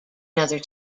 another